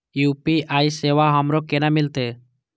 UPI सेवा हमरो केना मिलते?